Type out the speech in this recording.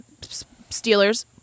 Steelers